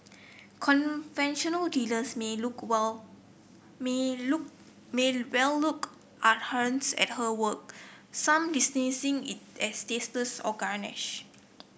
conventional dealers may look well may look may well look askance at her work some dismissing it as tasteless or garish